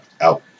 out